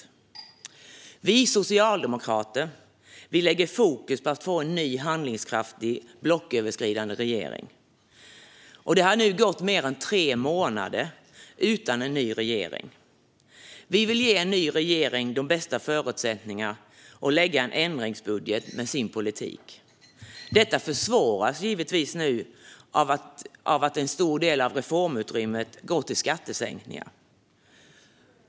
Vi socialdemokrater lägger fokus på att få en ny handlingskraftig blocköverskridande regering. Det har nu gått mer än tre månader utan en ny regering. Vi ville ge en ny regering de bästa förutsättningar att lägga fram en ändringsbudget med sin politik. Detta försvåras givetvis nu av att en stor del av reformutrymmet går till skattesänkningar.